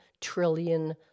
trillion